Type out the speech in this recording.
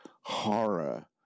horror